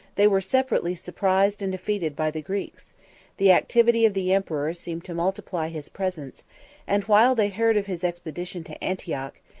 they were separately surprised and defeated by the greeks the activity of the emperor seemed to multiply his presence and while they heard of his expedition to antioch,